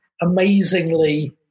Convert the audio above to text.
amazingly